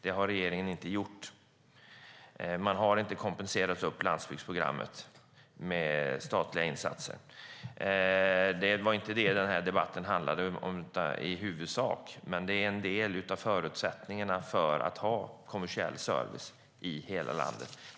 Det har regeringen inte gjort. Landsbygdsprogrammet har inte kompenserats med statliga insatser. Den här debatten handlar i huvudsak inte om de frågorna, men de är en del av förutsättningarna för kommersiell service i hela landet.